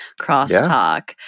crosstalk